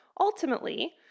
Ultimately